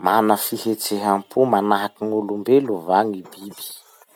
Mana fihetseham-po manahaky gn'olombelo va gny biby?